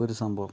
ഒരു സംഭവം